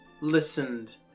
listened